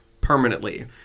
permanently